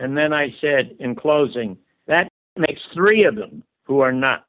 and then i said in closing that makes three of them who are not